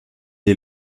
est